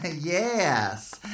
Yes